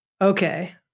Okay